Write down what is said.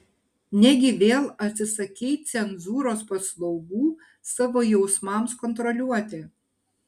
negi vėl atsisakei cenzūros paslaugų savo jausmams kontroliuoti